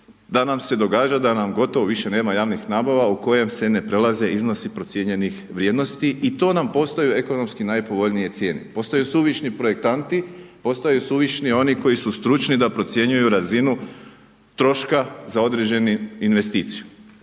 Da nam se događa da nam gotovo više nema javnih nabava u kojem se ne prelaze iznosi procijenjenih vrijednosti i to nam postoje ekonomski najpovoljnije cijene, postaju suvišni projektanti, postaju suvišni oni koji su stručni da procjenjuju razinu troška za određenu investiciju.